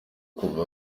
kuva